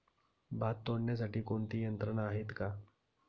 भात तोडण्यासाठी कोणती यंत्रणा आहेत का?